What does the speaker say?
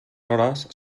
hores